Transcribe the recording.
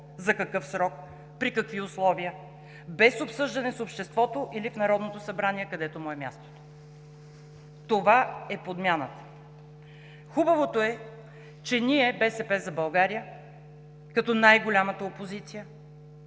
за какъв срок, при какви условия, без обсъждане с обществото или в Народното събрание, където му е мястото. Това е подмяна. Хубавото е, че ние – „БСП за България“, като най-голямата опозиция,